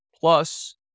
Plus